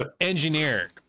engineer